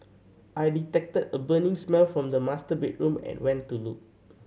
I detected a burning smell from the master bedroom and went to look